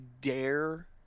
dare